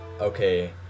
Okay